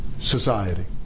society